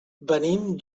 venim